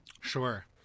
Sure